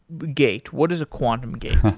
gate what is a quantum gate?